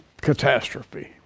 catastrophe